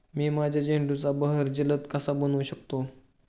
मी माझ्या झेंडूचा बहर जलद कसा बनवू शकतो?